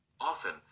Often